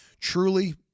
Truly